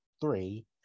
three